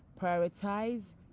prioritize